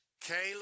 Caleb